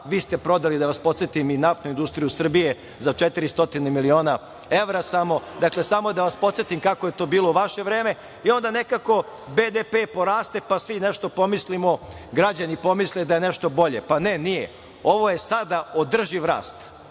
ste prodali, da vas podsetim i NIS za 400 miliona evra, dakle, sam oda vas podsetim kako je to bulo u vaše vreme i onda nekako BDP poraste, pa, svi nešto pomislimo, građani pomisle da je nešto bolje. Pa, ne, nije. Ovo je sada održiv rast.